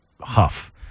huff